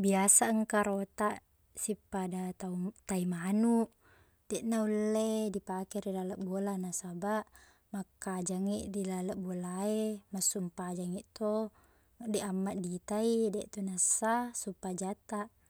biasa engka rotaq sippada tau- tai manuq, deqna ulle dipake ri laleng bola. Nasabaq, makkajangngi di laleng bola e, massumpajangngi to, deq amma diitai deqtu na sah sumpajatta.